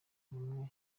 bwawe